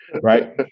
Right